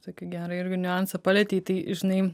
tokį gerą irgi niuansą palietei tai žinai